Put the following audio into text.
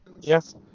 Yes